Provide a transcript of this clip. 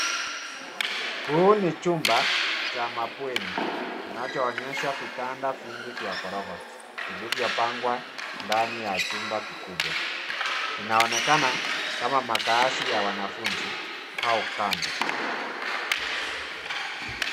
Huu ni chumba cha mabweni kinachoonyesha vitanda vingi vya ghorofa. Vilivyo pangwa ndani ya chumba kikubwa. Inaonekana kama makazi ya wanafunzi au camp .